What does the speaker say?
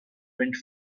went